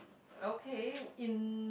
okay in